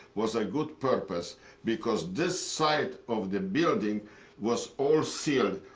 was a good purpose because this side of the building was all sealed.